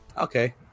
okay